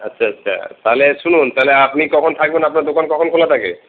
আচ্ছা আচ্ছা তাহলে শুনুন তাহলে আপনি কখন থাকবেন আপনার দোকান কখন খোলা থাকে